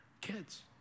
Kids